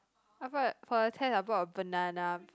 I brought a for the test I brought a banana